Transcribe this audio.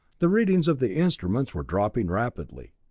the readings of the instruments were dropping rapidly.